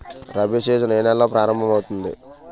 Rabi season ఏ నెలలో ప్రారంభమౌతుంది?